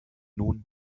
nun